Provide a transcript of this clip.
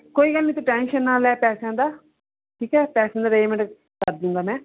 ਕੋਈ ਗੱਲ ਨਹੀਂ ਤੂੰ ਟੈਂਸ਼ਨ ਨਾ ਲੈ ਪੈਸਿਆਂ ਦਾ ਠੀਕ ਹੈ ਪੈਸਿਆਂ ਦਾ ਅਰੇਂਜ਼ਮੇਂਟ ਕਰ ਦੂੰਗਾ ਮੈਂ